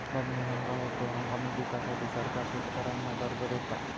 बबनो सांगा होतो, हंगामी पिकांसाठी सरकार शेतकऱ्यांना कर्ज देता